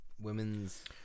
women's